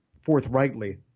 forthrightly